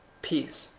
peace,